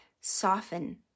soften